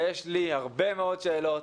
ויש לי הרבה מאוד שאלות,